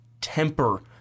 temper